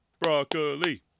broccoli